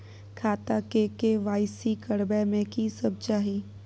खाता के के.वाई.सी करबै में की सब चाही?